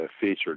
featured